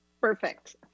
perfect